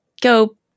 go